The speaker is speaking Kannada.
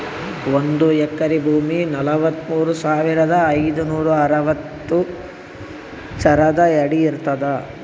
ಒಂದ್ ಎಕರಿ ಭೂಮಿ ನಲವತ್ಮೂರು ಸಾವಿರದ ಐನೂರ ಅರವತ್ತು ಚದರ ಅಡಿ ಇರ್ತದ